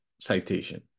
citation